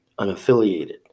unaffiliated